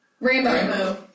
Rainbow